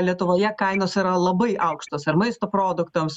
lietuvoje kainos yra labai aukštos ir maisto produktams